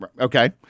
Okay